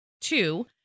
two